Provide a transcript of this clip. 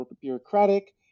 bureaucratic